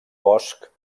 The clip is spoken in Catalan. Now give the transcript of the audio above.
bosc